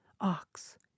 ox